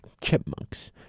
chipmunks